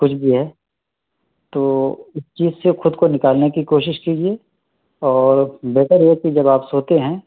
کچھ بھی ہے تو اس چیز سے خود کو نکالنے کی کوشش کیجئے اور بہتر ہے کہ جب آپ سوتے ہیں